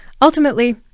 Ultimately